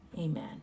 Amen